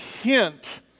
hint